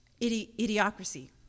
idiocracy